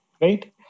Right